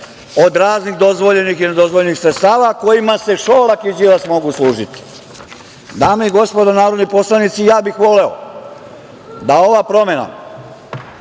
od raznih dozvoljenih i nedozvoljenih sredstava kojima se Šolak i Đilas mogu služiti. Dame i gospodo narodni poslanici, ja bih voleo da ova ustavna